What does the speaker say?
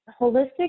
holistic